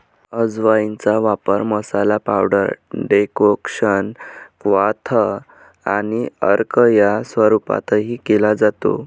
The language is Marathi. अजवाइनचा वापर मसाला, पावडर, डेकोक्शन, क्वाथ आणि अर्क या स्वरूपातही केला जातो